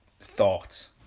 thoughts